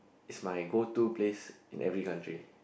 is my go to place in every country